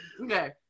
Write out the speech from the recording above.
Okay